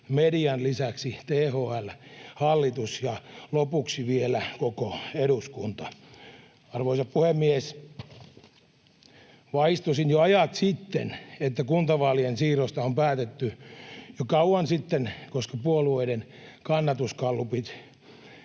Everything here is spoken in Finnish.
median lisäksi THL, hallitus ja lopuksi vielä koko eduskunta. Arvoisa puhemies! Vaistosin jo ajat sitten, että kuntavaalien siirrosta on päätetty jo kauan sitten, koska puolueiden kannatusgallupit